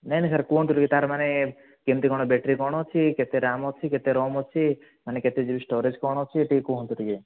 ନାଇଁ ନାଇଁ ସାର୍ କୁହନ୍ତୁ ଟିକିଏ ତା'ର ମାନେ କେମିତି କ'ଣ ବେଟ୍ରି କ'ଣ ଅଛି କେତେ ରାମ୍ ଅଛି କେତେ ରମ୍ ଅଛି ମାନେ କେତେ ଜି ବି ସ୍ଟୋରେଜ୍ କ'ଣ ଅଛି ଟିକିଏ କୁହନ୍ତୁ ଟିକିଏ